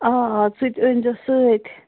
آ آ سُہ تہِ أنۍزیٚو سۭتۍ